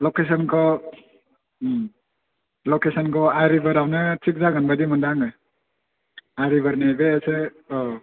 लकेस'नखौ लकेस'नखौ आइ रिभारावनो थिक जागोन बायदि मोनदों आङो आइ रिभारनि बे एसे औ